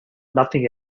nothing